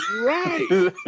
right